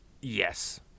Yes